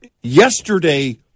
Yesterday